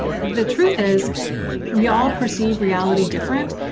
the truth is we all perceive reality different,